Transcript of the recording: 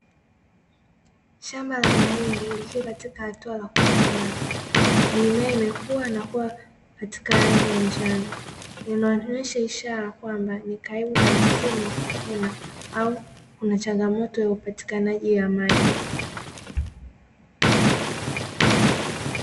Shamba la mahindi likiwa katika hatua ya kukomaa mimea imekuwa na kuwa katika rangi ya njano, inadhihirisha ishara kwamba ni karibu na msimu wa kuvuna au kuna changamoto ya upatikanaji wa maji.